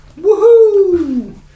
Woohoo